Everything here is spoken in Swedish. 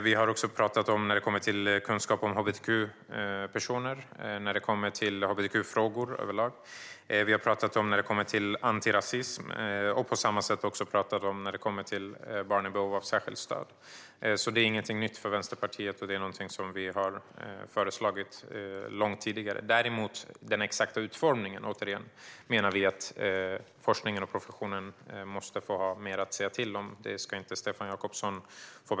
Vi har också talat om kunskap om hbtq-personer och hbtq-frågor överlag. Vi har talat om antirasism och om barn i behov av särskilt stöd. Det här är ingenting nytt för Vänsterpartiet, och det är någonting som vi har föreslagit långt tidigare. Däremot menar vi att forskningen och professionen måste få ha mer att säga till om när det gäller den exakta utformningen.